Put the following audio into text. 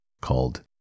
called